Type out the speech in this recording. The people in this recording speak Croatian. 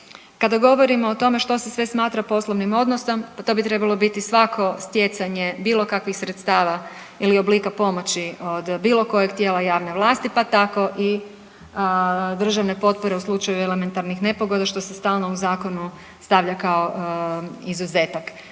Kada govorimo o tome što se sve smatra poslovnim odnosnom pa to bi trebalo biti svako stjecanje bilo kakvih sredstava ili oblika pomoći od bilo kojeg tijela javne vlasti pa tako državne potpore u slučaju elementarnih nepogoda što se stalno u zakonu stavlja kao izuzetak.